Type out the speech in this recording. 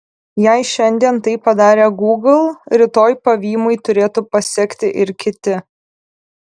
jei šiandien tai padarė gūgl rytoj pavymui turėtų pasekti ir kiti